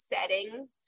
setting